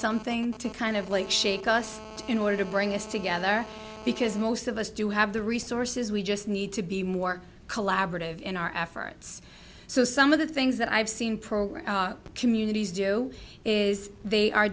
something to kind of like shake us in order to bring us together because most of us do have the resources we just need to be more collaborative in our efforts so some of the things that i've seen program communities do is they are